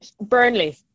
Burnley